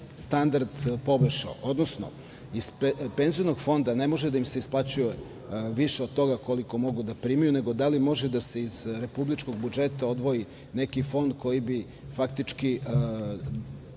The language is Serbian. standard poboljšao, odnosno iz Penzionog fonda ne može da im se isplaćuje više od toga koliko mogu da primaju nego da li može da se iz republičkog budžeta odvoji neki fond koji bi faktički